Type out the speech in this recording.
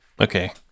Okay